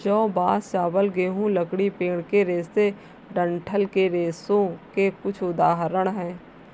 जौ, बांस, चावल, गेहूं, लकड़ी, पेड़ के रेशे डंठल के रेशों के कुछ उदाहरण हैं